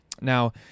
Now